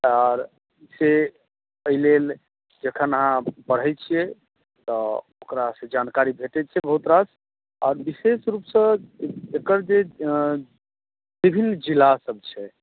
आर ई एहिलेल जखन अहाँ पढ़ै छियै तऽ ओकरा सॅं जानकारी भेटै छै बहुत रास आर विशेष रूप सॅं एकर जे विभिन्न जिला सब छै